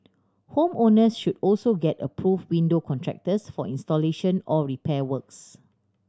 home owners should also get approved window contractors for installation or repair works